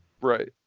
Right